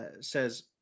says